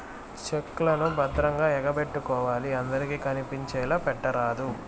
check లను భద్రంగా ఎగపెట్టుకోవాలి అందరికి కనిపించేలా పెట్టరాదు